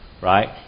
right